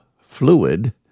fluid